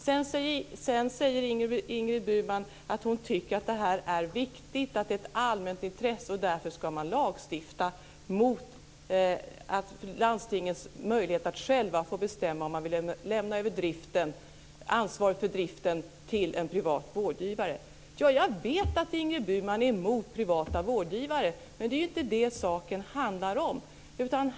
Sedan säger Ingrid Burman att hon tycker att det här är viktigt, att det är ett allmänt intresse och att man därför ska lagstifta mot landstingens möjlighet att själva bestämma om man vill lämna över ansvaret för driften till en privat vårdgivare. Ja, jag vet att Ingrid Burman är emot privata vårdgivare, men det är inte det saken handlar om.